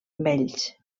vells